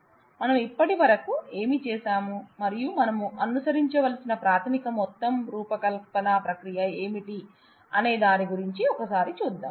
మనము ఇప్పటివరకు ఏమి చేశాము మరియు మనము అనుసరించవలసిన ప్రాథమిక మొత్తం రూపకల్పన ప్రక్రియ ఏమిటి అనే దాని గురించి ఒకసారి చూద్దాం